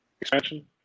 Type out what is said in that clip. expansion